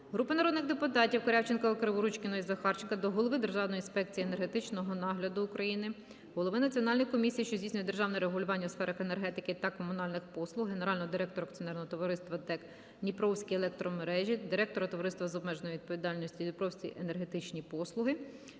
Групи народних депутатів (Корявченкова, Криворучкіної, Захарченка) до голови Державної інспекції енергетичного нагляду України, голови Національної комісії, що здійснює державне регулювання у сферах енергетики та комунальних послуг, генерального директора Акціонерного товариства "ДТЕК Дніпровські електромережі", директора Товариства з обмеженою відповідальністю "Дніпровські енергетичні послуги"